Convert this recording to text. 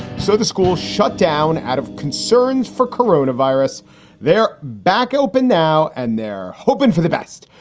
so the school shut down out of concerns for coronavirus they're back open now and they're hoping for the best.